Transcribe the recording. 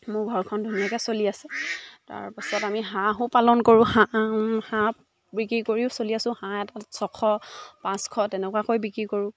মোৰ ঘৰখন ধুনীয়াকৈ চলি আছে তাৰপিছত আমি হাঁহো পালন কৰোঁ হাঁহ হাঁহ বিক্ৰী কৰিও চলি আছোঁ হাঁহ এটাত ছশ পাঁচশ তেনেকুৱাকৈ বিক্ৰী কৰোঁ